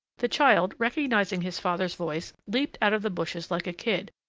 the child, recognizing his father's voice, leaped out of the bushes like a kid,